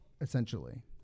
essentially